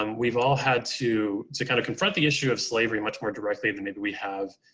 um we've all had to, to kind of confront the issue of slavery much more directly than maybe we have,